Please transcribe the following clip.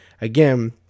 again